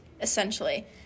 essentially